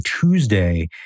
Tuesday